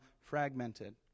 fragmented